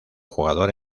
jugador